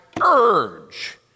urge